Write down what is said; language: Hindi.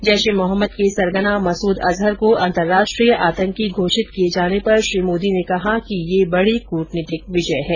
जैश ए मोहम्मद के सरगना मसूद अजहर को अंतर्राष्ट्रीय आंतकी घोषित किये जाने पर श्री मोदी ने कहा कि ये बडी कूटनीतिक विजय है